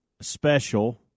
special